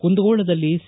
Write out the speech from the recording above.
ಕುಂದಗೋಳದಲ್ಲಿ C